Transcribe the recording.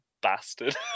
bastard